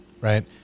right